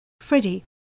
Freddie